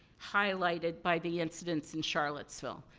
highlighted by the incidents in charlottesville,